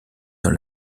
dans